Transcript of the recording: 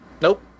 Nope